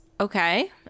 okay